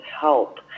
help